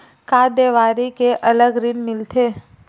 का देवारी के अलग ऋण मिलथे?